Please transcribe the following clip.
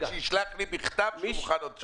שישלח לי בכתב שהוא מוכן עוד שנה.